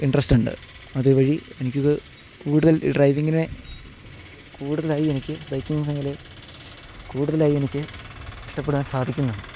interest ഉണ്ട് അതുവഴി എനിക്കിത് കൂടുതൽ ഡ്രൈവിങ്ങിനെ കൂടുതലായി എനിക്ക് ബൈക്കിംഗ് മേഖലയെ കൂടുതലായി എനിക്ക് ഇഷ്ടപ്പെടാൻ സാധിക്കുന്നു